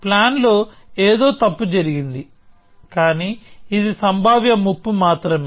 plan లో ఏదో తప్పు జరిగింది కానీ ఇది సంభావ్య ముప్పు మాత్రమే